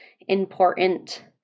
important